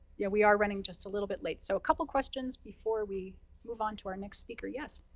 yeah, we are running just a little bit late, so a couple questions before we move on to our next speaker. yes?